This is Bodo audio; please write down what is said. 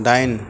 दाइन